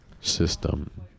system